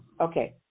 Okay